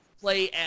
play